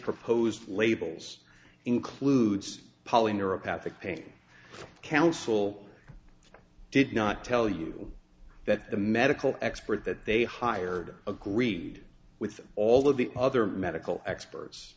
proposed labels includes poly neuropathic pain counsel i did not tell you that the medical expert that they hired agreed with all of the other medical experts